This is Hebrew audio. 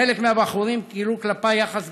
חלק מהבחורים גילו כלפיי יחס גזעני,